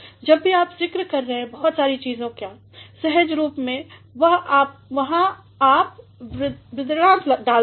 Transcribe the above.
जब भी आप ज़िक्र कर रहे हैं बहुत सारे चीज़ों का सहज रूप में आप वहां बृहदान्त्र डालते हैं